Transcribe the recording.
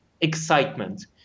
excitement